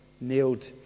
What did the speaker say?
nailed